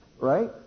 Right